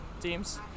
teams